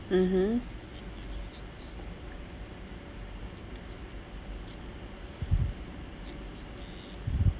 mmhmm